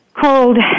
Called